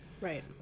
right